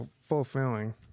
fulfilling